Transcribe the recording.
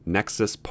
Nexus